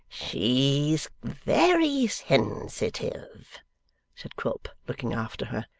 she's very sensitive said quilp, looking after her.